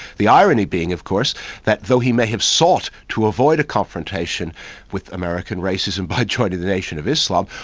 the irony being of course that though he may have sought to avoid a confrontation with american racism by joining the nation of islam,